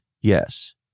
Yes